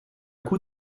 coup